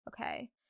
okay